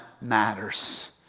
matters